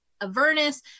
Avernus